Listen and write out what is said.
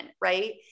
right